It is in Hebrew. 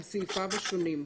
על סעיפיו השונים.